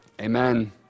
Amen